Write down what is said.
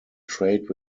trade